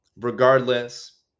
Regardless